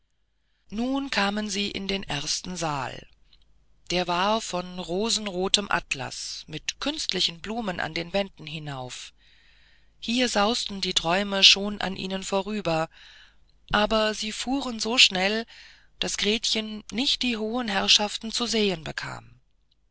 nun kamen sie in den ersten saal der war von rosenrotem atlas mit künstlichen blumen an den wänden hinauf hier sausten die träume schon an ihnen vorüber aber sie fuhren so schnell daß gretchen nicht die hohen herrschaften zu sehen bekam